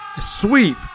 sweep